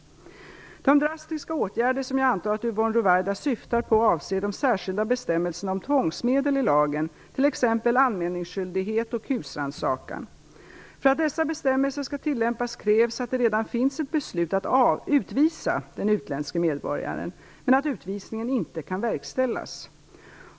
De "drastiska" åtgärder som jag antar att Yvonne Ruwaida syftar på avser de särskilda bestämmelserna om tvångsmedel i lagen, t.ex. anmälningsskyldighet och husrannsakan. För att dessa bestämmelser skall tillämpas krävs att det redan finns ett beslut att utvisa den utländske medborgaren men att utvisningen inte kan verkställas.